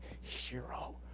hero